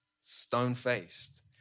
stone-faced